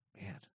Man